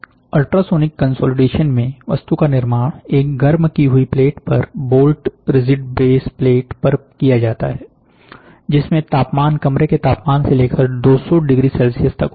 ultrasonic consolidation में वस्तु का निर्माण एक गर्म की हुई प्लेट पर बोल्ट रिजिड बेस प्लेट पर किया जाता है जिसमें तापमान कमरे के तापमान से लेकर 200 डिग्री सेल्सियस तक होता है